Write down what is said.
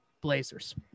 blazers